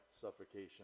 suffocation